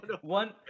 One